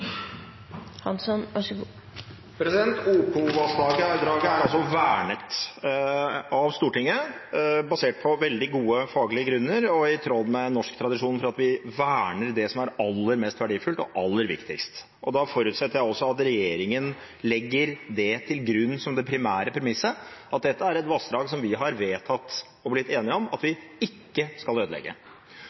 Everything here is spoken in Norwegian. veldig gode faglige grunner og i tråd med norsk tradisjon om at vi verner det som er aller mest verdifullt og aller viktigst. Da forutsetter jeg også at regjeringen legger til grunn som det primære premisset at dette er et vassdrag som vi har vedtatt og blitt enige om at vi ikke skal ødelegge.